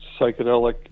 psychedelic